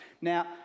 Now